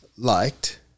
Liked